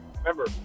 Remember